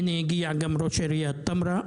הנה, הגיע גם ראש עיריית טמרה.